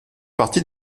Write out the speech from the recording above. partie